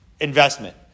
investment